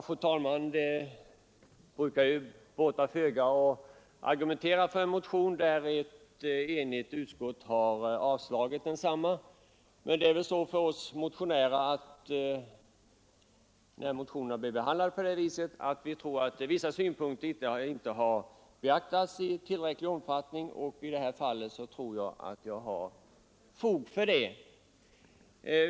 Fru talman! Det båtar föga att argumentera för en motion som ett enigt utskott har avstyrkt, men det är ju så med oss motionärer att vi tror att vissa synpunkter inte beaktats i tillräcklig omfattning vid behandlingen av våra motioner.